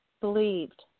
believed